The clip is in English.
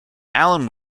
allen